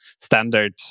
standard